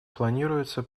планируется